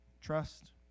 trust